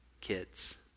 kids